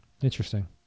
Interesting